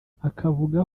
akavuga